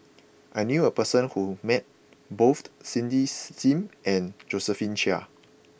I knew a person who met bothed Cindy Sim and Josephine Chia